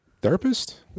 therapist